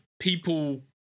people